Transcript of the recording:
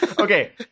Okay